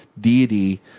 deity